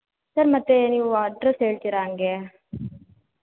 sir ಮತ್ತು ನೀವು address ಹೇಳ್ತೀರಾ ಹಾಗೆ